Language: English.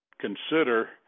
consider